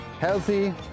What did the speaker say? Healthy